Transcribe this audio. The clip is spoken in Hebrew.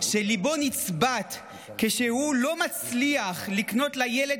שליבו נצבט כשהוא לא מצליח לקנות לילד